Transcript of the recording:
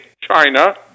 China